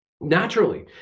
naturally